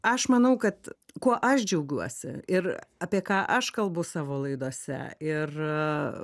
aš manau kad kuo aš džiaugiuosi ir apie ką aš kalbu savo laidose ir